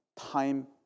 time